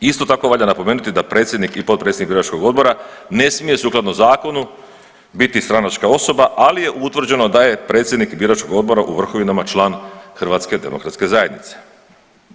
Isto tako valja napomenuti da predsjednik i potpredsjednik biračkog odbora ne smije sukladno zakonu biti stranačka osoba, ali je utvrđeno da je predsjednik biračkog odbora u Vrhovinama član HDZ-a.